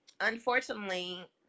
unfortunately